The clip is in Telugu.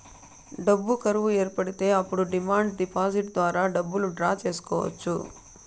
డబ్బు కరువు ఏర్పడితే అప్పుడు డిమాండ్ డిపాజిట్ ద్వారా డబ్బులు డ్రా చేసుకోవచ్చు